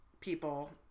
people